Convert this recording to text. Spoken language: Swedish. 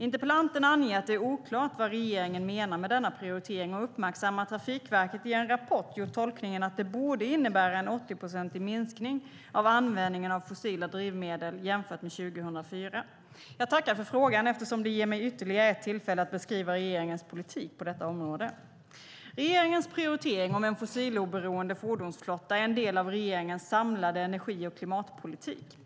Interpellanten anger att det är oklart vad regeringen menar med denna prioritering och uppmärksammar att Trafikverket i en rapport har gjort tolkningen att det borde innebära en 80-procentig minskning av användningen av fossila drivmedel jämfört med 2004. Jag tackar för frågan eftersom det ger mig ytterligare ett tillfälle att beskriva regeringens politik på detta område. Regeringens prioritering om en fossiloberoende fordonsflotta är en del av regeringens samlade energi och klimatpolitik.